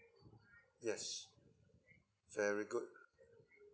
yes very good